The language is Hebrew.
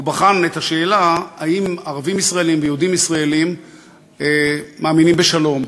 הוא בחן את השאלה אם ערבים ישראלים ויהודים ישראלים מאמינים בשלום.